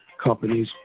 companies